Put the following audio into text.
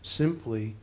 simply